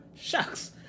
Shucks